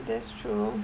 that's true